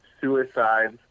suicides